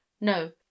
No